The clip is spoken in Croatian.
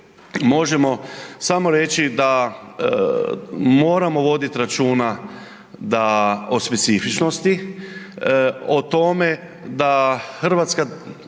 možemo samo reći da moramo voditi računa o specifičnosti, o tome da Hrvatska